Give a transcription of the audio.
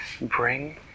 bring